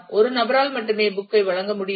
ஒரு நபரால் மட்டுமே புக் ஐ வழங்க முடியும்